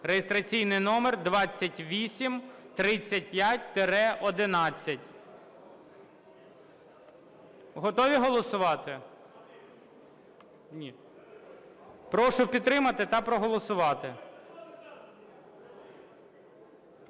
(реєстраційний номер 2835-11). Готові голосувати? Прошу підтримати та проголосувати.